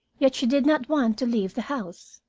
yet she did not want to leave the house.